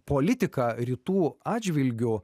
politiką rytų atžvilgiu